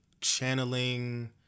channeling